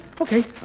okay